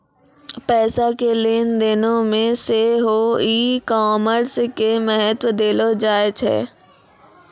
पैसा के लेन देनो मे सेहो ई कामर्स के महत्त्व देलो जाय छै